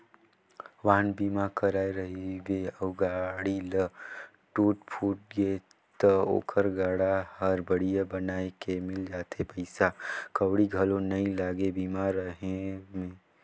वाहन बीमा कराए रहिबे अउ गाड़ी ल टूट फूट गे त ओखर गाड़ी हर बड़िहा बनाये के मिल जाथे पइसा कउड़ी घलो नइ लागे बीमा रहें में